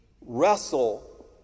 wrestle